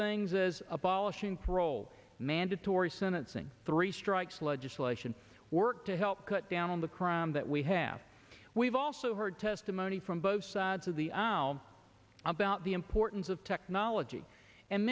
things as abolishing parole mandatory sentencing three strikes legislation work to help cut down on the crime that we have we've also heard testimony from both sides of the now about the importance of technology and